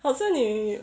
好像你